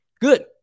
Good